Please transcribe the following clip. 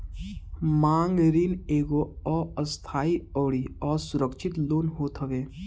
मांग ऋण एगो अस्थाई अउरी असुरक्षित लोन होत हवे